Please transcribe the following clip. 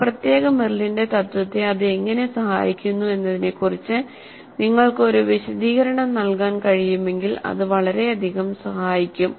ആ പ്രത്യേക മെറിലിന്റെ തത്ത്വത്തെ അത് എങ്ങനെ സഹായിക്കുന്നു എന്നതിനെക്കുറിച്ച് നിങ്ങൾക്ക് ഒരു വിശദീകരണം നൽകാൻ കഴിയുമെങ്കിൽ അത് വളരെയധികം സഹായിക്കും